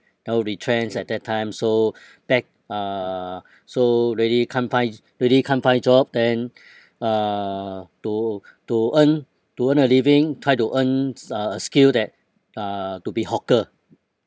I was retrenched at that time so back uh so really can't find really can't find job then uh to to earn to earn a living try to earns a a skill that uh to be hawker